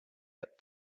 had